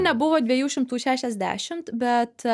nebuvo dviejų šimtų šešiasdešimt bet